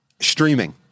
Streaming